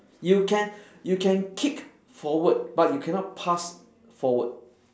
you can you can kick forward but you cannot pass forward